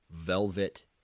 velvet